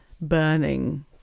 Burning